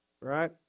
Right